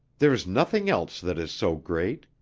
there's nothing else that is so great.